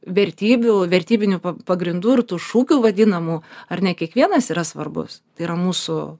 vertybių vertybinių pagrindų ir tų šūkių vadinamų ar ne kiekvienas yra svarbus tai yra mūsų